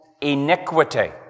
iniquity